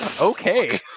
Okay